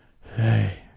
Hey